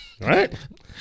Right